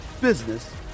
business